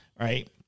right